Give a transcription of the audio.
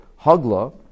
Hagla